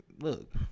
look